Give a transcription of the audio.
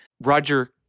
Roger